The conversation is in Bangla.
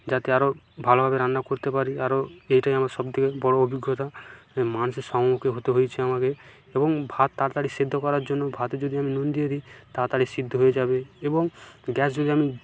যাতে আরও ভালোভাবে রান্না করতে পারি আরও এইটাই আমার সব থেকে বড়ো অভিজ্ঞতা মানুষের সম্মুখীন হতে হয়েছে আমাকে এবং ভাত তাড়াতাড়ি সেদ্ধ করার জন্য ভাতে যদি আমি নুন দিয়ে দিই তাড়াতাড়ি সেদ্ধ হয়ে যাবে এবং গ্যাস যদি আমি